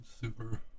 super